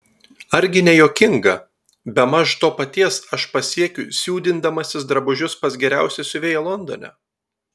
argi ne juokinga bemaž to paties aš pasiekiu siūdindamasis drabužius pas geriausią siuvėją londone